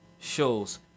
shows